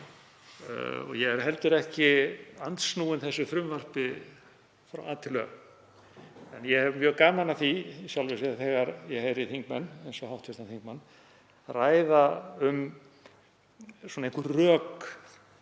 Ég er heldur ekki andsnúin þessu frumvarpi frá A til Ö. En ég hef mjög gaman af því í sjálfu sér þegar ég heyri þingmenn eins og hv. þingmann ræða um einhver rök